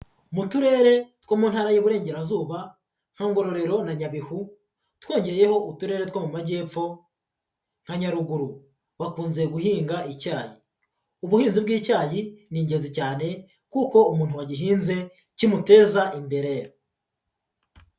Mu Turere two mu Ntara y'Iburengerazuba nka Ngororero na Nyabihu, twongereyeho Uturere two mu Majyepfo nka Nyaruguru, bakunze guhinga icyayi, ubuhinzi bw'icyayi ni ingenzi cyane kuko umuntu wagihinze kimuteza imbere.